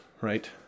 right